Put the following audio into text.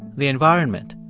the environment,